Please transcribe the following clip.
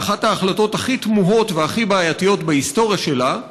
באחת ההחלטות הכי תמוהות והכי בעייתיות בהיסטוריה שלה,